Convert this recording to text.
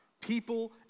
people